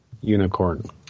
unicorn